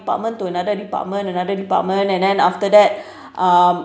department to another department another department and then after that um